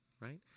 right